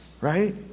right